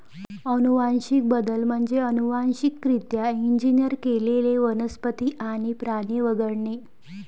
अनुवांशिक बदल म्हणजे अनुवांशिकरित्या इंजिनियर केलेले वनस्पती आणि प्राणी वगळणे